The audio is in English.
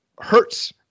hurts